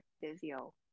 physio